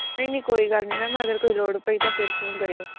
ਨਹੀਂ ਨਹੀਂ ਕੋਈ ਗੱਲ ਨਹੀਂ ਮੈਮ ਅਗਰ ਕੋਈ ਲੋੜ ਪਈ ਤਾਂ ਫਿਰ ਫੋਨ ਕਰਿਓ